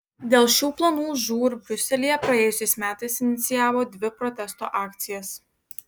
dėl šių planų žūr briuselyje praėjusiais metais inicijavo dvi protesto akcijas